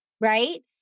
right